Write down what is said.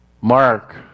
Mark